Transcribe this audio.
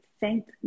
thank